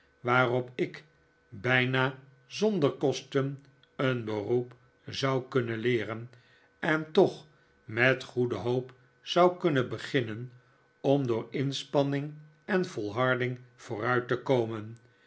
waarop ik bijna zonder kosten een beroep zou kunnen leeren en toch met goede hoop zou kunnen beginnen om door inspanning en volharding vooruit te komen